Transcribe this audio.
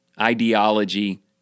ideology